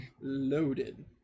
Loaded